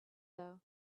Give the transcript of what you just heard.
though